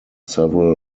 several